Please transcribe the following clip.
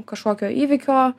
kažkokio įvykio